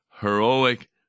heroic